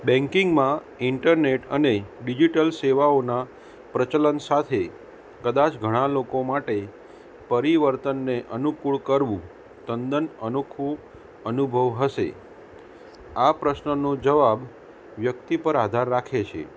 બેંકીંગમાં internet અને digital સેવાઓના પ્રચલન સાથે કદાચ ઘણા લોકો માટે પરિવર્તનને અનુકુળ કરવું તદ્દન અનોખો અનુભવ હશે આ પ્રશ્નનો જવાબ વ્યક્તિ પર આધાર રાખે છે